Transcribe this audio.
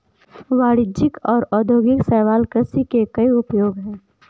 वाणिज्यिक और औद्योगिक शैवाल कृषि के कई उपयोग हैं